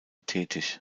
tätig